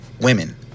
Women